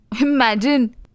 Imagine